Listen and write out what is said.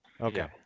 Okay